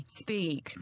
speak